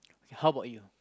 how about you